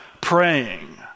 praying